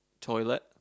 toilet